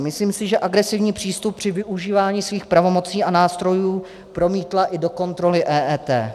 Myslím si, že agresivní přístup při využívání svých pravomocí a nástrojů promítla i do kontroly EET.